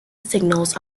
signals